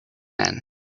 man